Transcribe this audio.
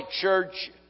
church